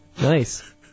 Nice